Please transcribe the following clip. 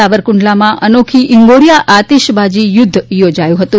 સાવરકુંડલામાં અનોખી ઇંગોરીયા આતશબાજી યુધ્ધ યોજાયું હતું